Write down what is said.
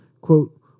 quote